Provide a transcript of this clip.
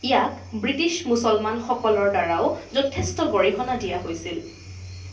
ইয়াক ব্ৰিটিছ মুছলমানসকলৰ দ্বাৰাও যথেষ্ট গৰিহণা দিয়া হৈছিল